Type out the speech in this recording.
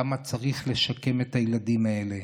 כמה צריך לשקם את הילדים האלה.